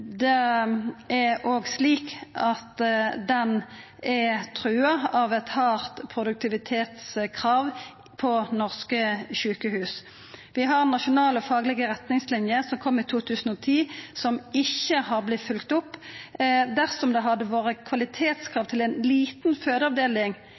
det er òg slik at ho er trua av eit hardt produktivitetskrav ved norske sjukehus. Vi har nasjonale faglege retningslinjer, som kom i 2010, som ikkje har vorte følgde opp. Dersom det hadde vore